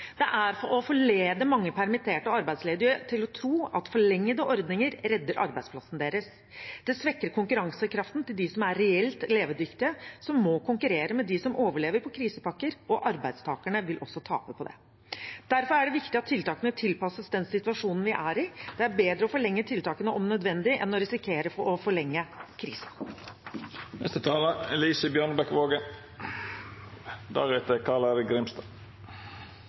Det er å forlede mange permitterte og arbeidsledige til å tro at forlengede ordninger redder arbeidsplassen deres. Det svekker konkurransekraften til dem som er reelt levedyktige, som må konkurrere med dem som overlever på krisepakker, og arbeidstakerne vil også tape på det. Derfor er det viktig at tiltakene tilpasses den situasjonen vi er i. Det er bedre å forlenge tiltakene om nødvendig enn å risikere å forlenge